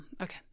okay